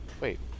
Wait